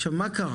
עכשיו, מה קרה?